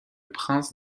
prince